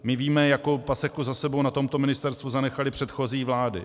My víme, jakou paseku za sebou na tomto ministerstvu zanechaly předchozí vlády.